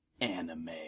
anime